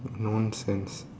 nonsense